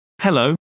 Hello